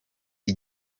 com